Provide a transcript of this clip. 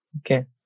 Okay